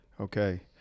Okay